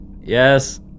Yes